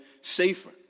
safer